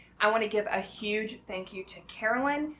i want to give a huge thank you to carolyn.